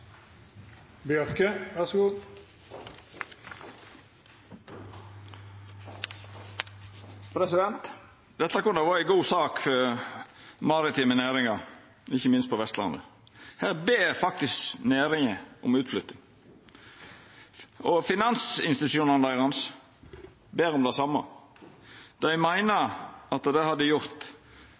Dette kunne ha vore ei god sak for maritime næringar, ikkje minst på Vestlandet. Her ber faktisk næringa om utflytting. Finansinstitusjonane deira ber om det same. Dei meiner at det hadde